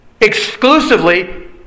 Exclusively